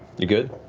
you good,